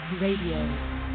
Radio